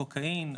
הקוקאין,